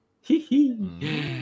Hee-hee